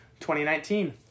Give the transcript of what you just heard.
2019